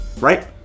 right